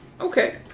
Okay